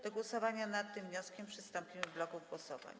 Do głosowania nad tym wnioskiem przystąpimy w bloku głosowań.